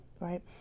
right